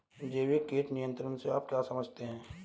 जैविक कीट नियंत्रण से आप क्या समझते हैं?